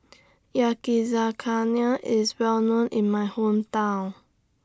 Yakizakana IS Well known in My Hometown